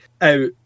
out